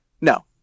No